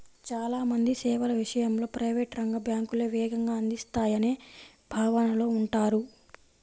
చాలా మంది సేవల విషయంలో ప్రైవేట్ రంగ బ్యాంకులే వేగంగా అందిస్తాయనే భావనలో ఉంటారు